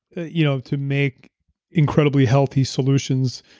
you know to make incredibly healthy solutions,